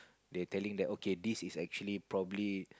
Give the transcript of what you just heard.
they telling that okay this is actually probably